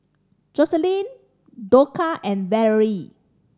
Joselin Dorcas and Valerie